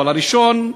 אבל הראשון: